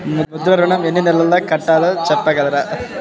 ముద్ర ఋణం ఎన్ని నెలల్లో కట్టలో చెప్పగలరా?